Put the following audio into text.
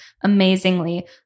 amazingly